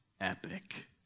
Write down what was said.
epic